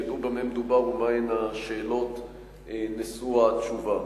ידע במה מדובר ומהן השאלות המקבלות תשובה.